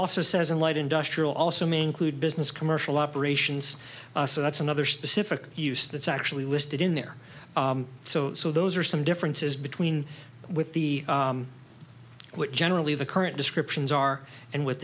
also says in light industrial also may include business commercial operations so that's another specific use that's actually listed in there so so those are some differences between with the what generally the current descriptions are and w